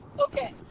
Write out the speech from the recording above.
okay